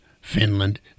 Finland